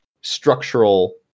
structural